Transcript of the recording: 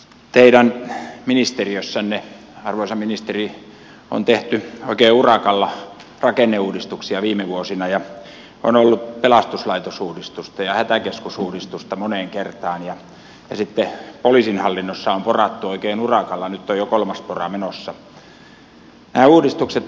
teidän ministeriössänne arvoisa ministeri on tehty oikein urakalla rakenneuudistuksia viime vuosina ja on ollut pelastuslaitosuudistusta ja hätäkeskusuudistusta moneen kertaan ja sitten poliisin hallinnossa on porattu oikein urakalla nyt on jo kolmas pora menossa